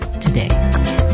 today